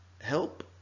help